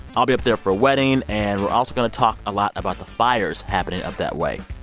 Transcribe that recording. i'll be up there for a wedding. and we're also going to talk a lot about the fires happening up that way.